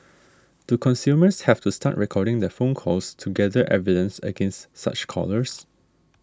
do consumers have to start recording their phone calls to gather evidence against such callers